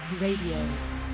Radio